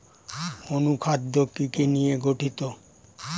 অনুখাদ্য কি কি নিয়ে গঠিত?